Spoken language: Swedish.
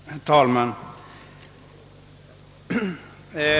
Herr talman!